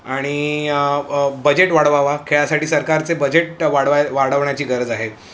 आणि बजेट वाढवावा खेळासाठी सरकारचे बजेट वाढवाय वाढवण्याची गरज आहे